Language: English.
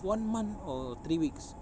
one month or three weeks